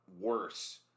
worse